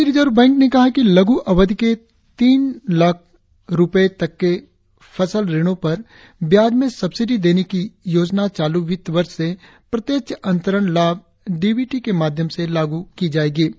भारतीय reserve bank ने कहा है कि लघु अवधि के तीन लाख तक के फसल ऋणों पर ब्याज में सब्सिडी देने की योजना चालू वित्त वर्ष से प्रत्यक्ष अंतरण लाभ डी बी टी के माध्यम से लागू की जाएगी